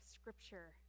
scripture